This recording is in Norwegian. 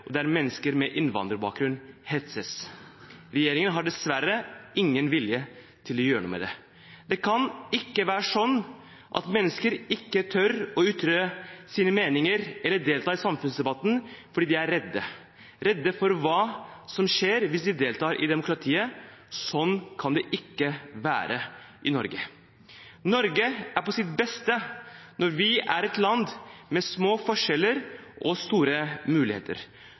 og der mennesker med innvandrerbakgrunn hetses. Regjeringen har dessverre ingen vilje til å gjøre noe med det. Det kan ikke være sånn at mennesker ikke tør å ytre sine meninger eller delta i samfunnsdebatten fordi de er redde, redde for hva som skjer hvis de deltar i demokratiet. Sånn kan det ikke være i Norge. Norge er på sitt beste når det er et land med små forskjeller og store muligheter.